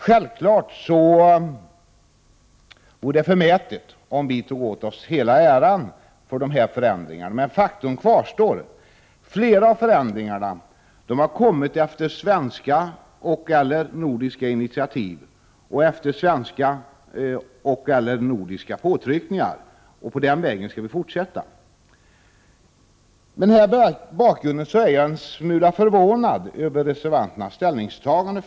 Självfallet vore det förmätet om vi tog åt oss hela äran för dessa förändringar, men faktum kvarstår att flera av förändringarna har kommit efter svenska och eller nordiska påtryckningar. På den vägen skall vi fortsätta. Med den här bakgrunden är jag en smula förvånad över reservanternas ställningstagande.